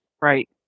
Right